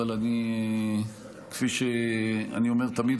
אבל כפי שאני אומר תמיד,